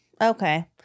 Okay